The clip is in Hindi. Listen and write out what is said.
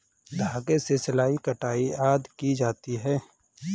धागे से सिलाई, कढ़ाई आदि की जाती है